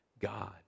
God